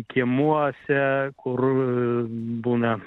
kiemuose kur būna